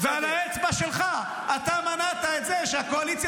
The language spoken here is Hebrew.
ועל האצבע שלך אתה מנעת את זה שהקואליציה